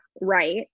right